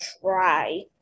try